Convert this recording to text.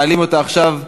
מעלים אותה עכשיו במחשב,